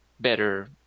better